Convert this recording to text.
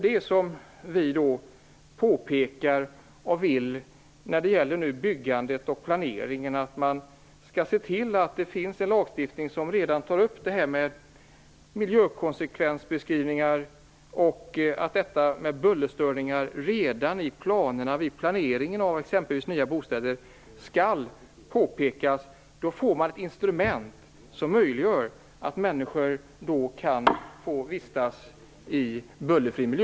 Det påpekar vi och vill att man skall se till att det finns en lagstiftning om att miljökonsekvensbeskrivningar och bullerstörning skall beaktas vid byggandet och redan vid planeringen av nya bostäder. Då får man ett instrument som möjliggör för människor att vistas i bullerfri miljö.